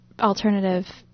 alternative